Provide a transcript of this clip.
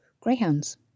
Greyhounds